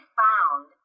found